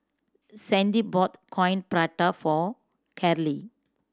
Sandy bought Coin Prata for Karley